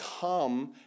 come